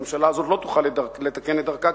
הממשלה הזאת לא תוכל לתקן את דרכה,